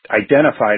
identified